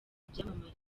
ibyamamare